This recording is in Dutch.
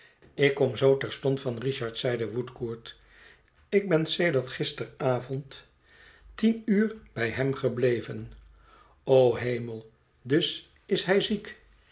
ik kom zoo terstond van richard zeide woodcourt ik ben sedert gisteravond tien uur bij hem gebleven o hemel dus is hij ziek